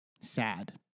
Sad